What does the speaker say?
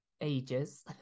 ages